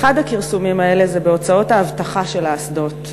אחד הכרסומים האלה זה בהוצאות האבטחה של האסדות,